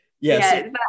Yes